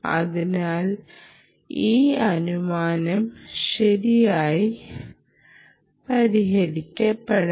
അതിനാൽ ഈ അനുമാനം ശരിയായി പരിഹരിക്കപ്പെടണം